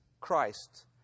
Christ